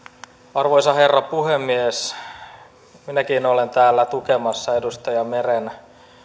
arvoisa herra puhemies minäkin olen täällä tukemassa edustaja meren